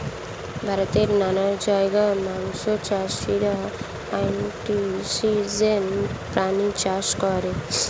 ভারতের নানান জায়গায় মৎস্য চাষীরা ক্রাসটেসিয়ান প্রাণী চাষ করে